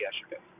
yesterday